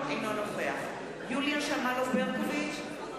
אינו נוכח יוליה שמאלוב-ברקוביץ,